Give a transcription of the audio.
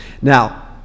Now